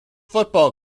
football